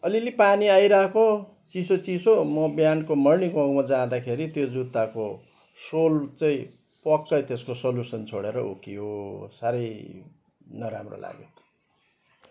अलिअलि पानि आइरहेको चिसो चिसो म बिहीनको मर्निङ वर्कमा जाँदाखेरि त्यो जुत्ताको सोल चाहिँ प्वाक्कै त्यसको सल्युसन छोडेर उकियो साह्रै नराम्रो लाग्यो